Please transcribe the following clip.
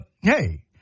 hey